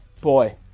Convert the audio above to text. Boy